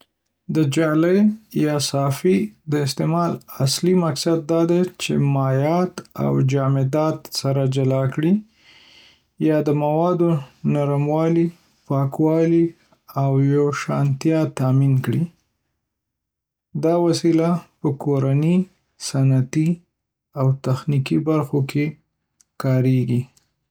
د جالۍ یا صافي د استعمال اصلي مقصد دا دی چې مایعات او جامدات سره جلا کړي، یا د موادو نرموالی، پاکوالی، او یوشانتیا تأمین کړي. دا وسیله په کورني، صنعتي، او تخنیکي برخو کې ډېره کارېږي.